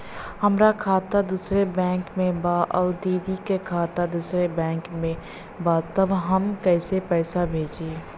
हमार खाता दूसरे बैंक में बा अउर दीदी का खाता दूसरे बैंक में बा तब हम कैसे पैसा भेजी?